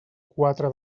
quatre